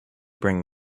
bring